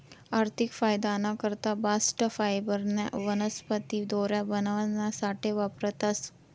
आर्थिक फायदाना करता बास्ट फायबरन्या वनस्पती दोऱ्या बनावासाठे वापरतास